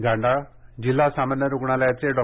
गांडाळ जिल्हा सामान्य रुग्णालयाचे डॉ